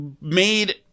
made